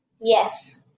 Yes